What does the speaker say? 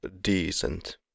decent